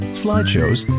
slideshows